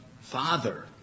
father